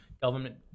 government